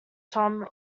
tom